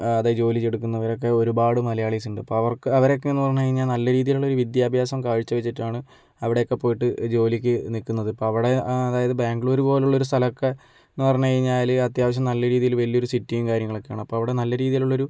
അതായത് ജോലിയെടുക്കുന്നവരൊക്കെ ഒരുപാട് മലയാളീസ് ഉണ്ട് അപ്പോൾ അവർക്ക് അവരൊക്കെ എന്ന് പറഞ്ഞു കഴിഞ്ഞാൽ നല്ല രീതിയിലുള്ള വിദ്യാഭ്യാസം കാഴ്ച്ച വെച്ചിട്ടാണ് അവിടെ ഒക്കെ പോയിട്ട് ജോലിക്ക് നിൽക്കുന്നത് ഇപ്പോൾ അവിടെ അതായത് ബാംഗ്ലൂർ പോലെയുള്ള ഒരു സ്ഥലമൊക്കെ എന്ന് പറഞ്ഞു കഴിഞ്ഞാല് അത്യാവശ്യം നല്ല രീതിയില് വലിയൊരു സിറ്റിയും കാര്യങ്ങളൊക്കെയാണ് അപ്പോൾ അവിടെ നല്ല രീതിയിലുള്ള ഒരു